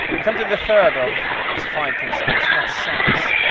come to the third of these five principles, and that's size.